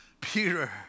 Peter